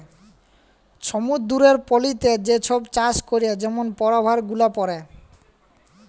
সমুদ্দুরের পলিতে যে ছব চাষ ক্যরে যেমল পরভাব গুলা পড়ে